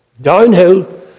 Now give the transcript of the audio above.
Downhill